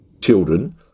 children